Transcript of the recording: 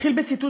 אתחיל בציטוט